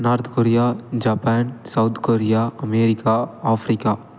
North Korea Japan South Korea America Africa